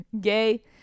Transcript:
gay